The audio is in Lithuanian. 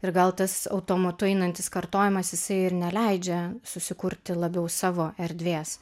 ir gal tas automatu einantis kartojamas jisai ir neleidžia susikurti labiau savo erdvės